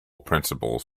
principals